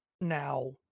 now